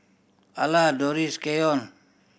Ala Dorris Keyon